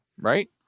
right